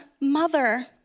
mother